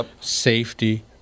safety